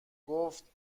گفت